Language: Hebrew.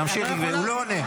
הוא לא עונה.